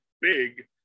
big